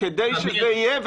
כדי שזה יהיה,